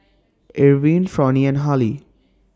Irvine Fronnie and Hali